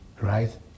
Right